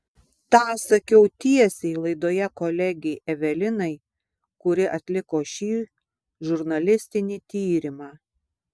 tą sakiau tiesiai laidoje kolegei evelinai kuri atliko šį žurnalistinį tyrimą